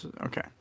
Okay